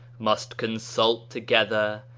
must consult to gether,